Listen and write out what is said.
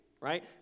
right